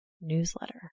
newsletter